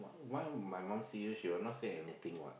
why why my mum see you she will not say anything what